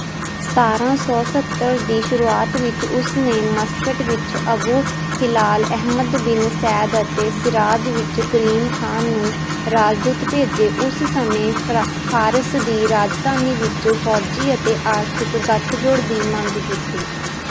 ਸਤਾਰਾਂ ਸੌ ਸੱਤਰ ਦੀ ਸ਼ੁਰੂਆਤ ਵਿੱਚ ਉਸ ਨੇ ਮਸਕਟ ਵਿੱਚ Abu Hilal Ahmad bin Said ਅਤੇ ਸ਼ਿਰਾਜ਼ ਵਿੱਚ ਕਰੀਮ ਖਾਨ ਨੂੰ ਰਾਜਦੂਤ ਭੇਜੇ ਉਸ ਸਮੇਂ ਫ਼ਰਾ ਫ਼ਾਰਸ ਦੀ ਰਾਜਧਾਨੀ ਵਿੱਚ ਫ਼ੌਜੀ ਅਤੇ ਆਰਥਿਕ ਗੱਠਜੋੜ ਦੀ ਮੰਗ ਕੀਤੀ